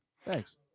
Thanks